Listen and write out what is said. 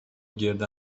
گرد